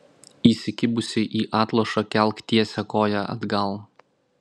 įsikibusi į atlošą kelk tiesią koją atgal